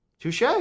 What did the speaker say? Touche